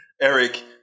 Eric